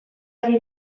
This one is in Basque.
ari